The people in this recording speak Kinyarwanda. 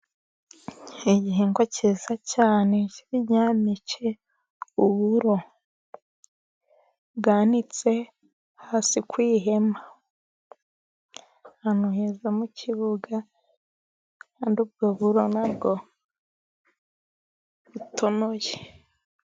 Igihingwa cyiza cyane cy'ibinyampeke/ uburo, bwanitse hasi ku ihema ahantu heza mu kibuga kandi ubwo buro ntabwo butonoye.